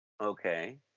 Okay